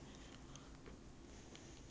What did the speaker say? then 每 ah